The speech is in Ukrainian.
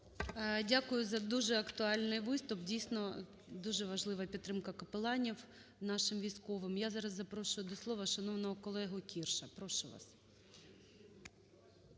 Дякую за дуже актуальний виступ. Дійсно, дуже важлива підтримка капеланів нашим військовим. Я зараз запрошую до слова шановного колегу Кірша,